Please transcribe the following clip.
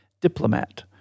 diplomat